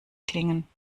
klingen